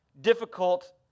difficult